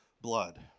blood